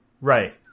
Right